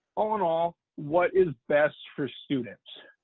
all in all what is best for students?